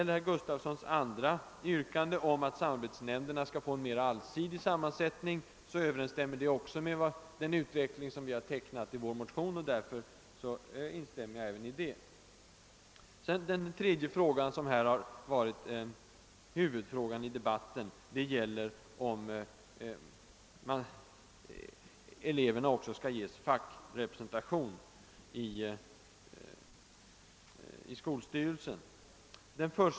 Herr Gustafssons i Barkarby andra yrkande, att samarbetsnämnderna skall få en mera allsidig sammansättning, överensstämmer också med den utveckling som vi har tecknat i vår motion, och jag instämmer även i detta yrkande. Den tredje huvudpunkten i debatten gäller elevernas fackrepresentation i skolstyrelsen.